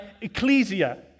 ecclesia